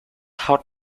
haut